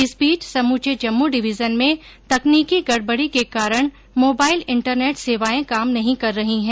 इस बीच समूचे जम्मू डिवीजन में तकनीकी गड़बड़ी के कारण मोबाइल इंटरनेट सेवाए काम नहीं कर रही हैं